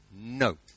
no